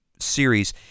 series